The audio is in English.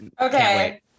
Okay